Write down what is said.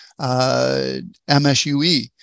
MSUE